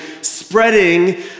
spreading